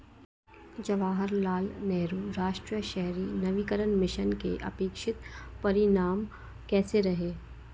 जवाहरलाल नेहरू राष्ट्रीय शहरी नवीकरण मिशन के अपेक्षित परिणाम कैसे रहे?